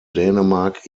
dänemark